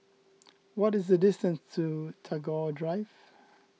what is the distance to Tagore Drive